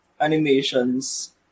animations